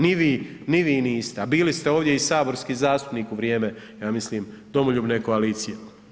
Ni vi niste, a bili ste ovdje i saborski zastupnik u vrijeme, ja mislim Domoljubne koalicije.